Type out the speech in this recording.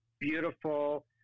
beautiful